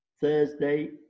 Thursday